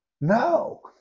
No